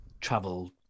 travel